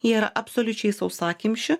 jie yra absoliučiai sausakimši